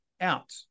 out